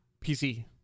PC